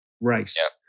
race